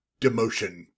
demotion